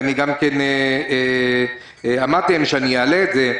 ואני גם אמרתי להם שאני אעלה את זה,